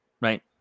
Right